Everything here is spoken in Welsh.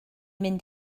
mynd